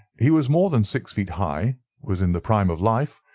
he was more than six feet high, was in the prime of life,